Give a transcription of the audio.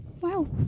wow